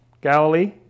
Galilee